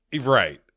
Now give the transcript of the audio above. Right